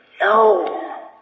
No